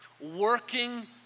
working